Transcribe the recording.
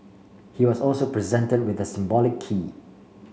he was also presented with the symbolic key